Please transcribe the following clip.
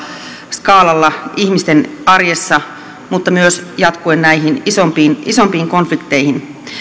skaalalla ihmisten arjessa mutta myös jatkuu näihin isompiin isompiin konflikteihin